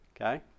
Okay